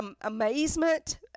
amazement